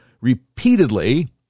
repeatedly